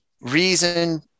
reason